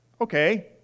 Okay